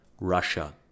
Russia